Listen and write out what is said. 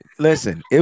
Listen